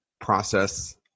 process